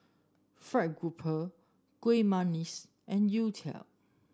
fried grouper Kuih Manggis and youtiao